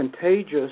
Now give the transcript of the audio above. contagious